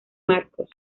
marcos